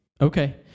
Okay